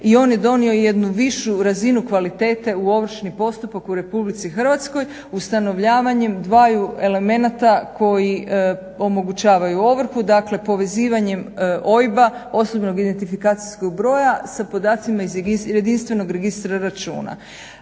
i on je donio jednu višu razinu kvalitete u ovršni postupak u RH ustanovljavanjem dvaju elemenata koji omogućavaju ovrhu. Dakle, povezivanjem OIB-a sa podacima iz jedinstvenog registra računa.